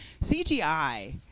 CGI